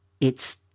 It's